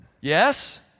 Yes